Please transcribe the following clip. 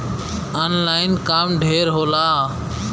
online काम ढेर होला